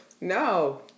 No